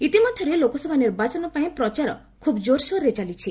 ଇତିମଧ୍ୟରେ ଲୋକସଭା ନିର୍ବାଚନ ପାଇଁ ପ୍ରଚାର ଖୁବ୍ କୋର୍ସୋର୍ରେ ଚାଲିଛି